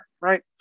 right